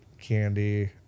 candy